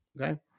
Okay